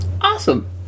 awesome